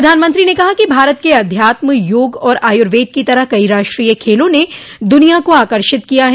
प्रधानमंत्री ने कहा कि भारत के अध्यात्म योग और आयुर्वेद की तरह कई राष्ट्रीय खेलों ने दुनिया को आकर्षित किया है